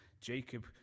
Jacob